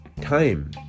time